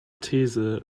these